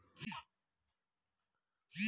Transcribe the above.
कंद पिकांचो जगाच्या अन्न पुरवठ्यात मोठा भाग आसा